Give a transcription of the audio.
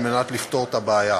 על מנת לפתור את הבעיה.